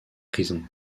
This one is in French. prison